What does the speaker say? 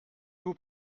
vous